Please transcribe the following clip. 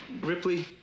Ripley